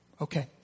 Okay